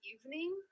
evening